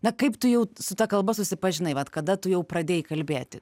na kaip tu jau su ta kalba susipažinai vat kada tu jau pradėjai kalbėti